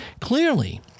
clearly